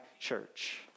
church